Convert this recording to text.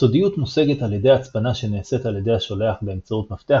סודיות מושגת על ידי הצפנה שנעשית על ידי השולח באמצעות מפתח